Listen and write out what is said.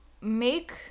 make